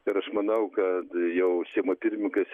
ir aš manau kad jau seimo pirmininkas